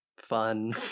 fun